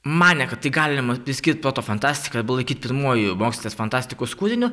manė kad tai galima priskirt portofantastika arba laikyt pirmuoju mokslinės fantastikos kūriniu